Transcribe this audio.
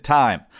time